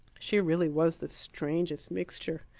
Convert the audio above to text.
she really was the strangest mixture.